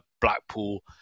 Blackpool